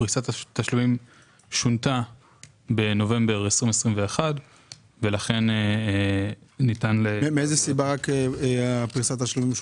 פריסת התשלומים שונתה בנובמבר 2021. מאיזו סיבה שונתה פריסת התשלומים?